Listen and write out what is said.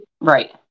right